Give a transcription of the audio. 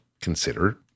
consider